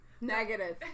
negative